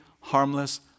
harmless